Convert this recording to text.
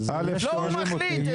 לא הוא מחליט את זה.